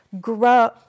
grow